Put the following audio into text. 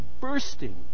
bursting